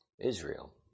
Israel